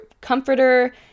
comforter